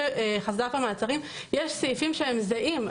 ובחסד"פ המעצרים יש סעיפים שהם זהים.